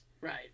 right